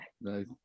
Nice